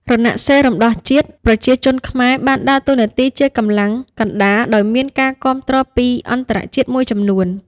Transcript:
រណសិរ្សរំដោះជាតិប្រជាជនខ្មែរបានដើរតួនាទីជាកម្លាំងកណ្តាល ដោយមានការគាំទ្រពីអន្តរជាតិមួយចំនួន។